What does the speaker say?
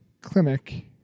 clinic